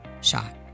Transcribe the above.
shot